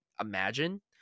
imagine